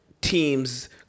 team's